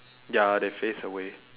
ya they face away